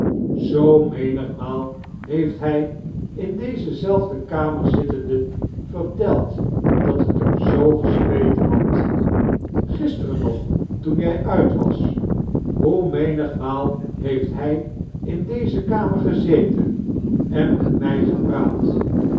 hoe memcgmaal heeft hij in deae zielfde kamer zittende verteld dat t hem zoo gespeten had gisterem nog toen jij uit wasi hoe memigmaal heetft hij in dze kamer gezetem en met mij gepmaat